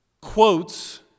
quotes